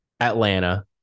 Atlanta